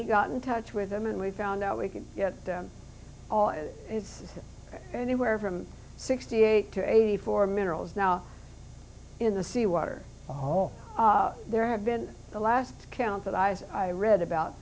he got in touch with them and we found out we could get them all and it's anywhere from sixty eight to eighty four minerals now in the seawater all there have been the last count that i've read about